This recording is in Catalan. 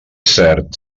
cert